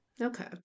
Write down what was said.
Okay